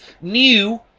new